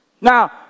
Now